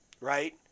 right